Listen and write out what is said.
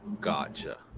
gotcha